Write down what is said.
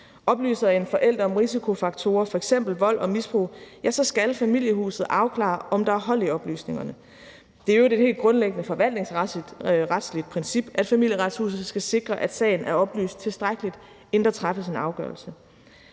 Oplyser en forælder om risikofaktorer, f.eks. vold og misbrug, ja, så skal Familieretshuset afklare, om der er hold i oplysningerne. Det er i øvrigt et helt grundlæggende forvaltningsretligt princip, at Familieretshuset skal sikre, at sagen er oplyst tilstrækkeligt, inden der træffes en afgørelse.